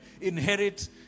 inherit